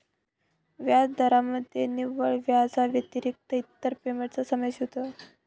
व्याजदरामध्ये निव्वळ व्याजाव्यतिरिक्त इतर पेमेंटचा समावेश होतो